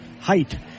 height